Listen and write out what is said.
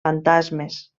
fantasmes